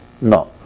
No